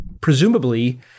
Presumably